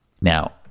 Now